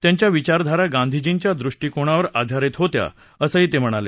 त्यांच्या विचारधारा गांधीजींच्या दृष्टिकोनावर आधारित होत्या असं ते म्हणाले